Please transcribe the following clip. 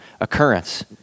occurrence